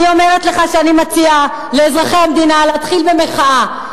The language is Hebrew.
אני אומרת לך שאני מציעה לאזרחי המדינה להתחיל במחאה.